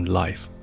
life